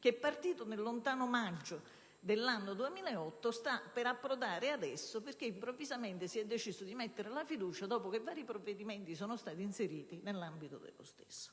che, partito dal lontano maggio del 2008 adesso sta per approdare alla sua conclusione, perché improvvisamente si è deciso di mettere la fiducia dopo che vari provvedimenti sono stati inseriti nell'ambito dello stesso.